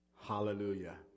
Hallelujah